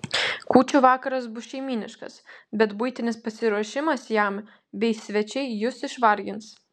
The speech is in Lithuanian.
kūčių vakaras bus šeimyniškas bet buitinis pasiruošimas jam bei svečiai jus išvargins